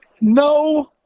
no